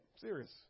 serious